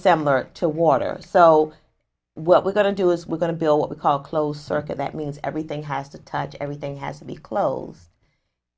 similar to water so what we're going to do is we're going to build what we call closed circuit that means everything has to touch everything has to be closed